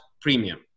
premium